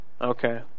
Okay